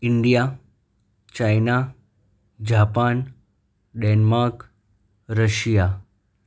India China Japan Denmark Russia